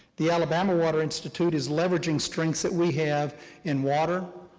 the alabama water institute is leveraging strengths that we have in water,